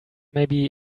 maybe